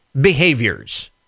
behaviors